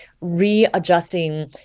readjusting